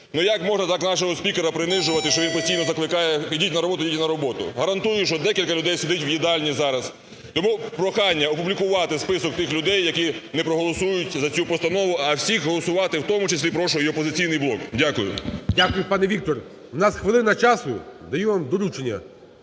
Як можна так нашого спікера принижувати, то він постійно закликає ідіть на роботу, ідіть на роботу. Гарантую, що декілька людей сидить в їдальні зараз. Тому прохання, опублікувати список тих людей, які не проголосують за цю постанову, а всіх голосувати, в тому числі, прошу і "Опозиційний блок". Дякую. ГОЛОВУЮЧИЙ. Дякую. Пане Віктор, у нас хвилина часу, даю вам доручення,